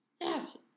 Yes